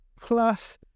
plus